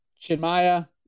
Chinmaya